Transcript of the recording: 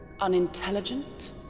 ...unintelligent